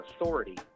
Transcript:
authority